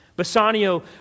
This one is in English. Bassanio